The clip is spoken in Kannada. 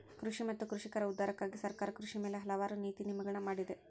ಕೃಷಿ ಮತ್ತ ಕೃಷಿಕರ ಉದ್ಧಾರಕ್ಕಾಗಿ ಸರ್ಕಾರ ಕೃಷಿ ಮ್ಯಾಲ ಹಲವಾರು ನೇತಿ ನಿಯಮಗಳನ್ನಾ ಮಾಡಿದೆ